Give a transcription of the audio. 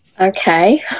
Okay